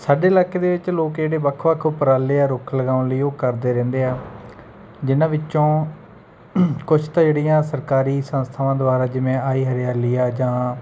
ਸਾਡੇ ਇਲਾਕੇ ਦੇ ਵਿੱਚ ਲੋਕ ਜਿਹੜੇ ਵੱਖ ਵੱਖ ਉਪਰਾਲੇ ਆ ਰੁੱਖ ਲਗਾਉਣ ਲਈ ਉਹ ਕਰਦੇ ਰਹਿੰਦੇ ਆ ਜਿਨ੍ਹਾਂ ਵਿੱਚੋਂ ਕੁਝ ਤਾਂ ਜਿਹੜੀਆਂ ਸਰਕਾਰੀ ਸੰਸਥਾਵਾਂ ਦੁਆਰਾ ਜਿਵੇਂ ਆਈ ਹਰਿਆਲੀ ਆ ਜਾਂ